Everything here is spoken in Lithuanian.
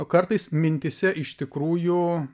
kartais mintyse iš tikrųjų